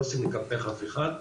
לא רוצים לקפח אף אחד,